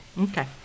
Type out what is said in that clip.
Okay